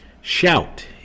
shout